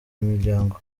miryango